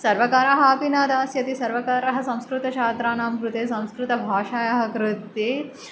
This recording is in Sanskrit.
सर्वकारः अपि न दास्यति सर्वकारः संस्कृतछात्रानां कृते संस्कृतभाषायाः कृते